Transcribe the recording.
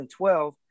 2012